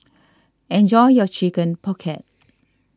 enjoy your Chicken Pocket